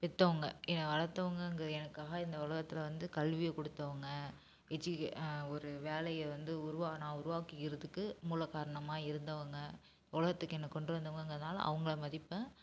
பெத்தவங்க என்ன வளர்த்தவங்கங்க எனக்காக இந்த உலகத்தில் வந்து கல்வியை கொடுத்தவங்க எஜி ஒரு வேலையை வந்து உருவா நான் உருவாக்கிறதுக்கு மூல காரணமாக இருந்தவங்க உலகத்துக்கு என்ன கொண்டுவந்தவங்கங்கிறதால அவங்கள மதிப்பேன்